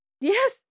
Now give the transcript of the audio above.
Yes